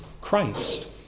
Christ